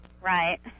Right